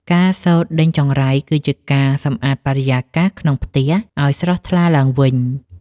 ការសូត្រដេញចង្រៃ គឺជាការសម្អាតបរិយាកាសក្នុងផ្ទះឱ្យស្រស់ថ្លាឡើងវិញ។